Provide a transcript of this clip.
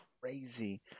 crazy